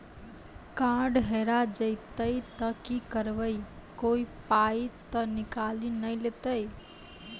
Card हेरा जइतै तऽ की करवै, कोय पाय तऽ निकालि नै लेतै?